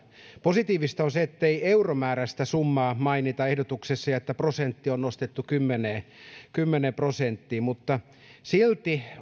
positiivista on se ettei euromääräistä summaa mainita ehdotuksessa ja että prosentti on nostettu kymmeneen prosenttiin mutta silti